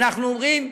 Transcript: ואנחנו אומרים: